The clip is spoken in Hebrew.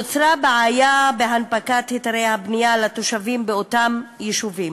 נוצרה בעיה בהנפקת היתרי הבנייה לתושבים באותם יישובים.